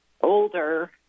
older